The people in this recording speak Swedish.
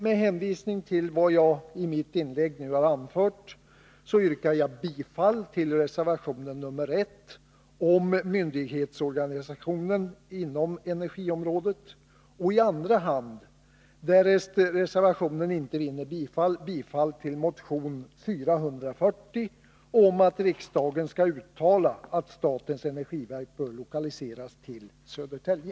Med hänvisning till vad jag i mitt inlägg har anfört yrkar jag bifall till reservation nr I om myndighetsorganisationen inom energiområdet och i andra hand, därest reservationen inte vinner bifall, bifall till motion 440, vari yrkas att riksdagen skall uttala att statens energiverk bör lokaliseras till Södertälje.